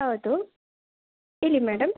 ಹೌದು ಹೇಳಿ ಮೇಡಮ್